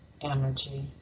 energy